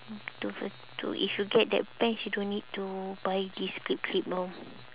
if you get that pants you don't need to buy this clip clip orh